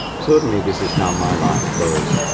certainly this is how my life goes,